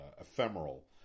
ephemeral